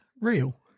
real